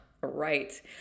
right